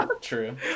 True